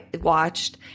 watched